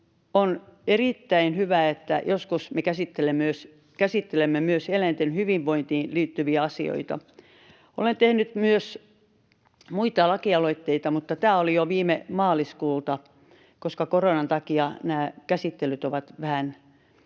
on erittäin hyvä, että joskus me käsittelemme myös eläinten hyvinvointiin liittyviä asioita. Olen tehnyt myös muita lakialoitteita. Tämä oli jo viime maaliskuulta, koska koronan takia nämä käsittelyt ovat vähän nyt sitten